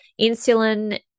insulin